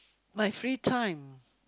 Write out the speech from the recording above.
my free time